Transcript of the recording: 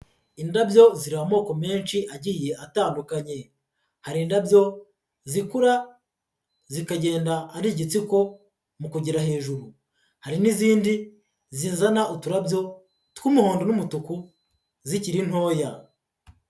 Indabyo ziri amoko menshi agiye atandukanye. Hari indabyo zikura zikagenda ari igitsiko mu kugera hejuru. Hari n'izindi zizana uturabyo tw'umuhondo n'umutuku zikiri ntoya.